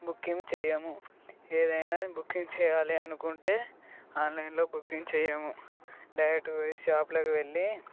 booking చెయ్యము ఏదైనా booking చెయ్యాలి అనుకుంటే ఆన్లైన్లో బుకింగ్ చెయ్యము డైరెక్ట్గా పోయి షాపులకు వెళ్ళి